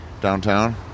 downtown